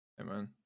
Amen